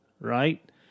right